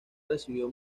recibió